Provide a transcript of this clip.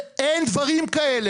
אין דברים כאלה.